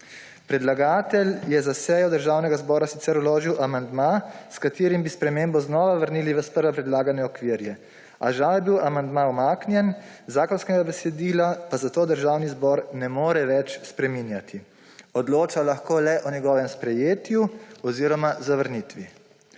Predlagatelj je za sejo Državnega zbora sicer vložil amandma, s katerim bi spremembo znova vrnili v sprva predlagane okvirje, a žal je bil amandma umaknjen, zakonskega besedila pa zato Državi zbor ne more več spreminjati, odloča lahko le o njegovem sprejetju oziroma zavrnitvi.